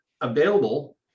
available